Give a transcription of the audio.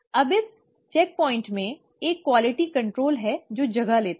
अब इस check point में एक गुणवत्ता नियंत्रण है जो जगह लेता है